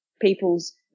people's